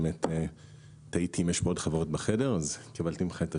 באמת תהיתי אם יש עוד חברות בחדר וקיבלתי ממך את התשובה.